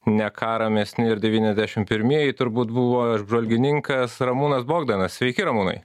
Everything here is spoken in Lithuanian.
ne ką ramesni ir devyniasdešim pirmieji turbūt buvo apžvalgininkas ramūnas bogdanas sveiki ramūnai